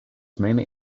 mainly